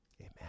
amen